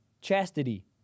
Chastity